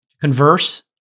converse